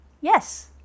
yes